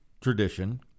tradition—